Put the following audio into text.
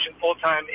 full-time